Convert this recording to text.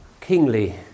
kingly